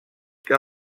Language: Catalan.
que